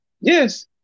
Yes